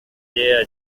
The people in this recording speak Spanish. yeah